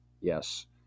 Yes